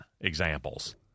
examples